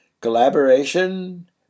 collaboration